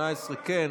גברתי, היא עשתה כאן